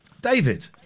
David